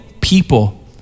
people